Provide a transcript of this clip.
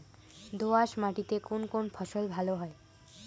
দোঁয়াশ মাটিতে কোন কোন ফসল ভালো হয়?